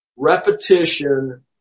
Repetition